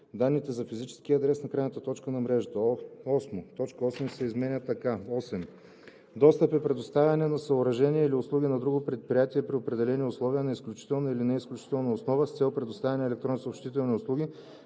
данните за физическия адрес на крайната точка на мрежата.“ 8. Точка 8 се изменя така: „8. „Достъп“ е предоставяне на съоръжения или услуги на друго предприятие при определени условия, на изключителна или неизключителна основа, с цел предоставяне на електронни съобщителни услуги,